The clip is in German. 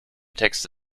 texte